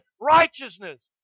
righteousness